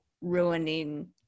ruining